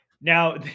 now